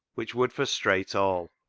which would frustrate all.